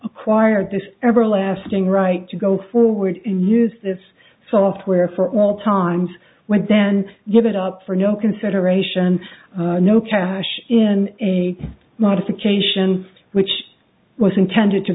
acquired this everlasting right to go forward in use this software for all times when then give it up for no consideration no cash in the modifications which was intended to